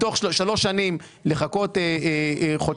מתוך שלוש שנים לחכות חודשיים-שלושה